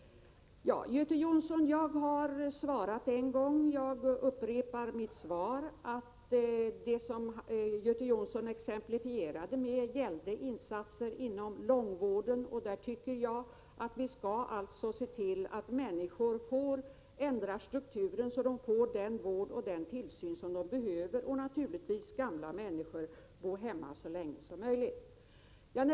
Jag har svarat en gång, Göte Jonsson. Jag upprepar mitt svar. Det som Göte Jonsson exemplifierade med gällde insatser inom långvården. Där tycker jag att vi skall ändra strukturen så att människor får den vård och den tillsyn som de behöver. Naturligtvis skall gamla människor bo hemma så länge som möjligt.